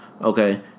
okay